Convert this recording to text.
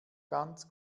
ganz